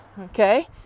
okay